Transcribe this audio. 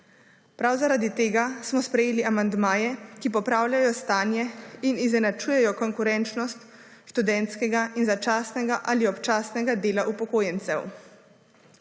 Prav zaradi tega smo sprejeli amandmaje, ki popravljajo stanje in izenačujejo konkurenčnost študentskega in začasnega ali občasnega dela upokojencev.